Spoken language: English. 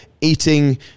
eating